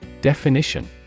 Definition